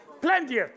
Plenty